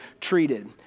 treated